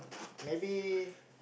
maybe